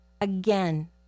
Again